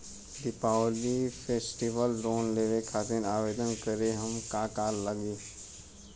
Diwali festival loan लेवे खातिर आवेदन करे म का का लगा तऽ?